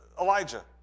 Elijah